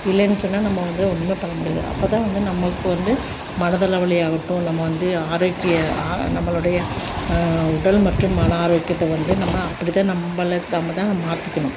இல்லைன்னு சொன்னால் நம்ம வந்து ஒன்றுமே பண்ண முடியாது அப்போதான் வந்து நமக்கு வந்து மனதளவுலயாகட்டும் நம்ம வந்து ஆரோக்கியம் ஆ நம்மளுடைய உடல் மற்றும் மன ஆரோக்கியத்தை வந்து நம்ம அப்படித்தான் நம்மள நம்ம தான் மாற்றிக்கணும்